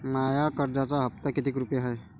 माया कर्जाचा हप्ता कितीक रुपये हाय?